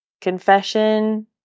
confession